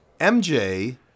MJ